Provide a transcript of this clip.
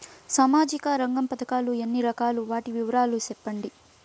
సామాజిక రంగ పథకాలు ఎన్ని రకాలు? వాటి వివరాలు సెప్పండి